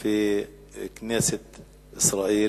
ברצוני